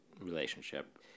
relationship